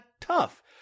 tough